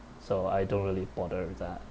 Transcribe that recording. so I don't really bother with that